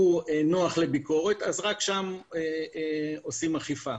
הוא נוח לביקורת, אז רק שם עושים אכיפה.